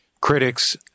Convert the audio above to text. critics